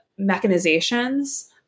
mechanizations